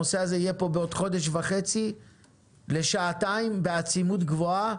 הנושא הזה יעלה פה שוב בעוד חודש וחצי לשעתיים בעצימות גבוהה,